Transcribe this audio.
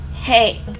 hey